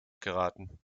geraten